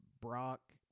Brock